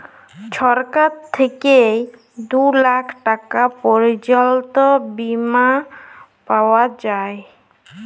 ছরকার থ্যাইকে দু লাখ টাকা পর্যল্ত বীমা পাউয়া যায়